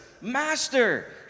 Master